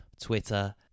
Twitter